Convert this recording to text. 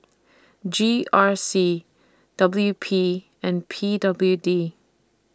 G R C W P and P W D